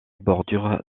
bordure